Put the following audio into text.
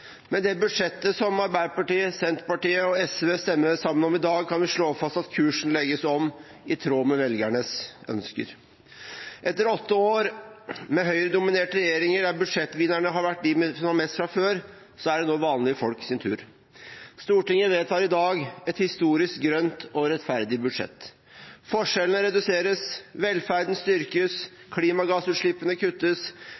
det budsjettet som Arbeiderpartiet, Senterpartiet og SV stemmer sammen om i dag, kan vi slå fast at kursen legges om i tråd med velgernes ønsker. Etter åtte år med Høyre-dominerte regjeringer, der budsjettvinnerne har vært dem som har mest fra før, er det nå vanlige folks tur. Stortinget vedtar i dag et historisk grønt og rettferdig budsjett. Forskjellene reduseres, velferden